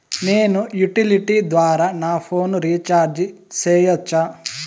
నేను యుటిలిటీ ద్వారా నా ఫోను రీచార్జి సేయొచ్చా?